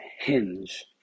hinge